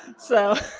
so